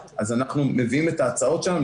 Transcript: אז אנחנו מביאים את ההצעות שלנו,